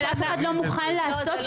אבל אף אחד לא מוכן לעשות.